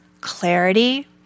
clarity